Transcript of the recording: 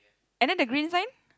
and then the green sign